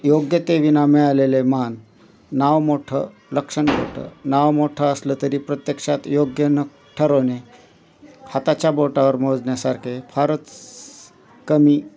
योग्य ते विना मिळालेले मान नाव मोठं लक्षण खोटं नाव मोठं असलं तरी प्रत्यक्षात योग्य न ठरवणे हाताच्या बोटावर मोजण्यासारखे फारच कमी